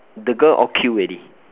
the girl all kill already